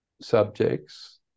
subjects